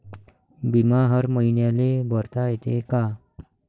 बिमा हर मईन्याले भरता येते का?